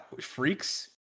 freaks